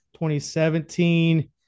2017